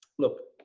look,